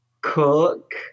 Cook